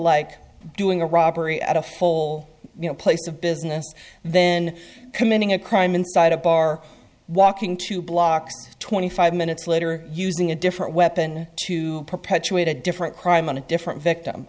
like doing a robbery at a whole place of business then committing a crime inside a bar walking two blocks twenty five minutes later using a different weapon to perpetuate a different crime and a different victim